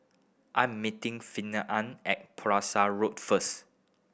I am meeting Finnegan at Pulasan Road first